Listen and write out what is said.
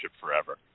forever